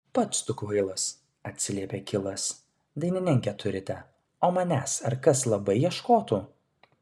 pats tu kvailas atsiliepė kilas dainininkę turite o manęs ar kas labai ieškotų